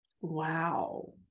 wow